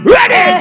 Ready